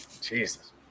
Jesus